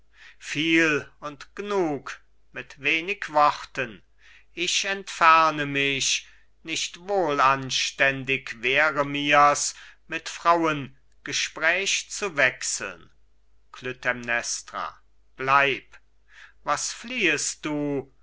viel und gnug mit wenig worten ich entferne mich nicht wohlanständig wäre mir's mit frauen gespräch zu wechseln klytämnestra bleib was fliehest du